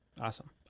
Awesome